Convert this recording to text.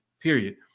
period